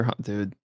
Dude